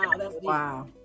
Wow